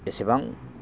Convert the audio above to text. एसेबां